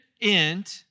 end